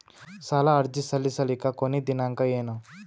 ಸಾಲ ಅರ್ಜಿ ಸಲ್ಲಿಸಲಿಕ ಕೊನಿ ದಿನಾಂಕ ಏನು?